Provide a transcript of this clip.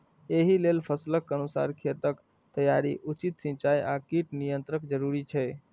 एहि लेल फसलक अनुसार खेतक तैयारी, उचित सिंचाई आ कीट नियंत्रण जरूरी छै